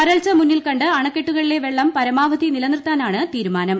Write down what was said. വരൾച്ച മുന്നിൽ കണ്ട് അണക്കെട്ടുകളിലെ വെള്ളം പരമാവധി നിലനിർത്താനാണ് തീരുമാനം